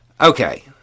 Okay